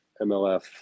MLF